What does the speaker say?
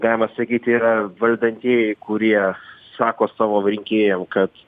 galima sakyti yra valdantieji kurie sako savo rinkėjam kad